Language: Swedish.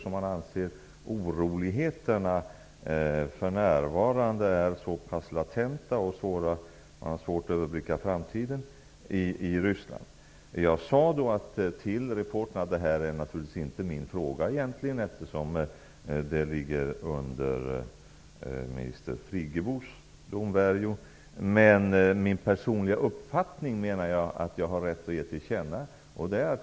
Man anser nämligen att det för närvarande finns latenta oroligheter i Ryssland, och det är svårt att överblicka framtiden där. Jag sade till reportern att det här naturligtvis egentligen inte är min fråga, eftersom den ligger under minister Friggebos domvärjo. Min personliga uppfattning menar jag att jag har rätt att ge till känna.